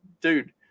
dude